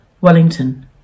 Wellington